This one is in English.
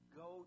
go